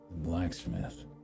blacksmith